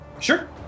sure